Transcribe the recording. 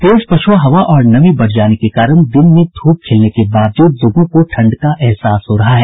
तेज पछ्आ हवा और नमी बढ़ जाने के कारण दिन में धूप खिलने के बावजूद लोगों को ठंड का एहसास हो रहा है